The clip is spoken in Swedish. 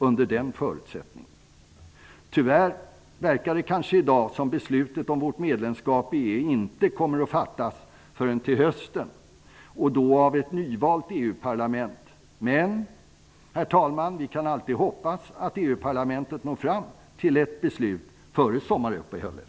I dag verkar det tyvärr som om beslutet om vårt medlemskap i EU inte kommer att fattas förrän till hösten, och då av ett nyvalt EU parlament. Men, herr talman, vi kan alltid hoppas att EU-parlamentet når fram till ett beslut före sommaruppehållet.